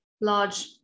large